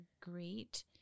great